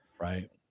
right